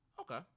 Okay